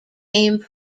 came